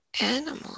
animal